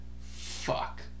Fuck